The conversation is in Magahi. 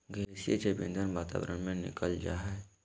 गैसीय जैव ईंधन वातावरण में निकल जा हइ